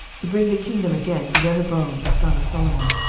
to bring the kingdom again to rehoboam the son of solomon.